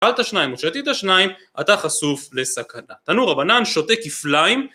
קבלת שניים ושתית שניים, אתה חשוף לסכנה. טענו רבנן שותה כפליים.